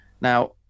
Now